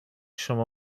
شما